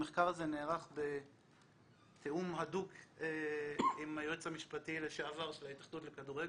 המחקר נערך בתיאום הדוק עם היועץ המשפטי לשעבר של ההתאחדות לכדורגל,